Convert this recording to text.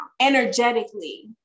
energetically